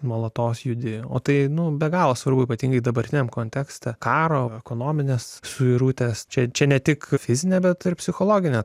nuolatos judi o tai nu be galo svarbu ypatingai dabartiniam kontekstą karo ekonomines suirutės čia ne tik fizine bet ir psichologine